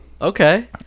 Okay